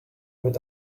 would